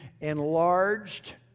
enlarged